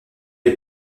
les